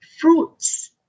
fruits